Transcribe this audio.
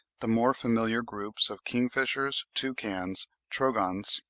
the more familiar groups of kingfishers, toucans, trogons,